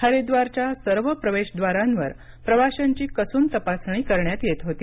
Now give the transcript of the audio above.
हरिद्वारच्या सर्व प्रवेशद्वारांवर प्रवाशांची कसून तपासणी करण्यात येत होती